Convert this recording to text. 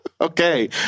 Okay